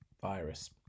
virus